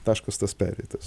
taškas tas pereitas